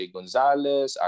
Gonzalez